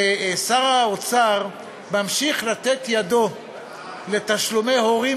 ושר האוצר ממשיך לתת ידו לתשלומי הורים